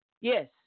Yes